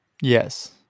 Yes